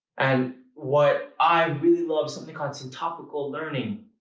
and what i really love, something called syntopical learning.